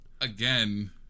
again